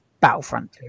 Battlefront